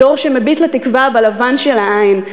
דור שמביט לתקווה בלבן של העין,